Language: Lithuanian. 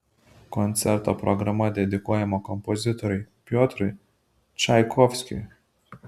koncerto programa dedikuojama kompozitoriui piotrui čaikovskiui